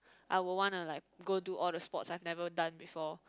I will wanna like go do all the sports I've never done before